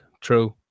true